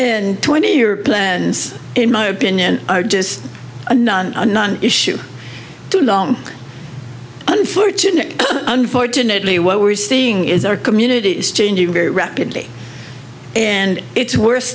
in twenty your plans in my opinion are just a none none issue too long unfortunately unfortunately what we're seeing is our community is changing very rapidly and it's wors